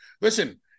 Listen